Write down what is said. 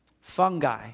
Fungi